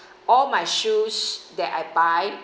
all my shoes that I buy